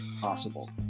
possible